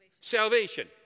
Salvation